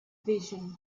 vision